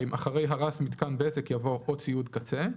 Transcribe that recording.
(2)אחרי "הרס מיתקן בזק" יבוא "או ציוד קצה"